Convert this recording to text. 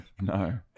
no